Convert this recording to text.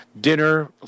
dinner